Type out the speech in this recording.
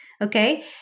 Okay